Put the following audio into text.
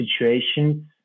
situations